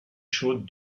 chaudes